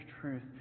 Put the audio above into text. truth